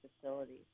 facilities